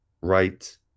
right